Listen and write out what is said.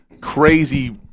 crazy